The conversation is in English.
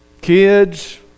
kids